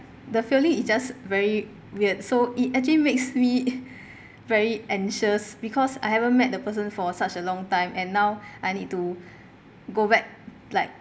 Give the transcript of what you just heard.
the feeling is just very weird so it actually makes me very anxious because I haven't met the person for such a long time and now I need to go back like